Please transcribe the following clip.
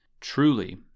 Truly